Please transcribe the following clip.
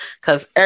Cause